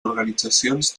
organitzacions